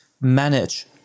manage